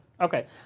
Okay